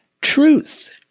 truth